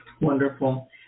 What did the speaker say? Wonderful